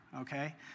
okay